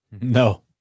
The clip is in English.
No